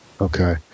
okay